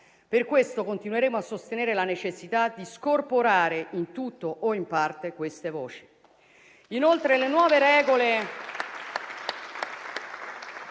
Per questo, continueremo a sostenere la necessità di scorporare, in tutto o in parte, queste voci.